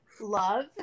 love